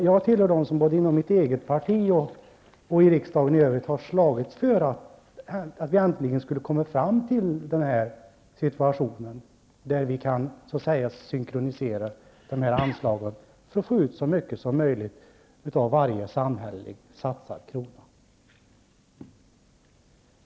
Jag tillhör dem som både inom mitt eget parti och i riksdagen i övrigt har slagits för att vi äntligen skall komma fram till en situation där det blir möjligt att så att säga synkronisera dessa anslag för att få ut så mycket som möjligt av varje samhälleligt satsad krona.